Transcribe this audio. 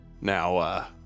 now